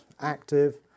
active